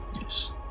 Yes